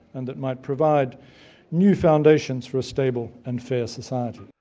and that might provide new foundations for a stable and fair society.